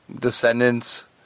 Descendants